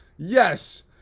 Yes